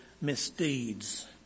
misdeeds